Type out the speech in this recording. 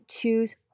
choose